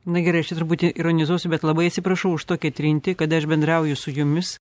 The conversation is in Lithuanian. na gerai aš čia truputį ironizuosiu bet labai atsiprašau už tokį trintį kada aš bendrauju su jumis